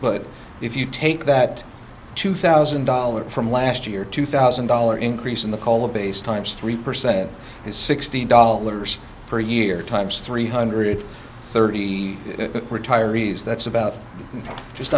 but if you take that two thousand dollars from last year two thousand dollar increase in the call of base times three percent is sixteen dollars per year times three hundred thirty retiree's that's about just